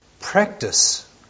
practice